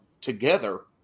together